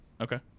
Okay